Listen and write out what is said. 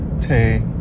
Hey